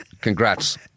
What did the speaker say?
Congrats